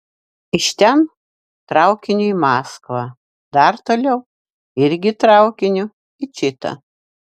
iš ten traukiniu į maskvą dar toliau irgi traukiniu į čitą